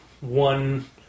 one